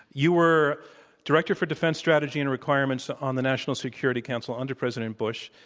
you were director for defense strategy and requirements on the national security council under president bush.